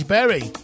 Berry